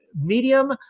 medium